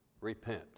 Repent